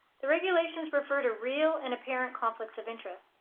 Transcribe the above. the regulations refer to real and apparent conflicts of interest.